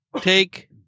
Take